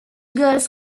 girls